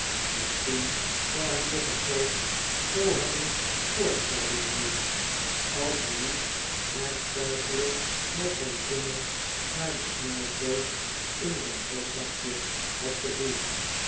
misschien zou hij nog een poos zoo hebben voortgeredeneerd als hij niet werktuiglijk met zijn vingers naar de snuifdoos in zijn vestzakje had gevoeld